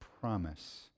promise